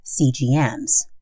CGMs